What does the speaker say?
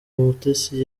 umutesi